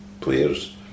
players